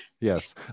yes